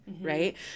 Right